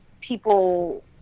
people